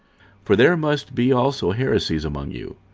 for there must be also heresies among you,